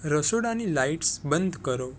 રસોડાની લાઈટ્સ બંધ કરો